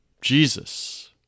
Jesus